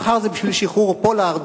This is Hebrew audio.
מחר זה בשביל שחרור פולארד,